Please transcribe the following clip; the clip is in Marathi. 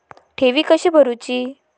ठेवी कशी भरूची?